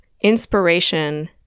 inspiration